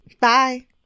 bye